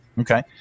Okay